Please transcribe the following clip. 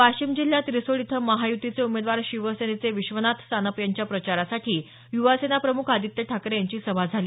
वाशिम जिल्ह्यात रिसोड इथं महाय़तीचे उमेदवार शिवसेनेचे विश्वनाथ सानप यांच्या प्रचारासाठी युवासेना प्रमुख आदित्य ठाकरे यांची सभा झाली